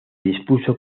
dispuso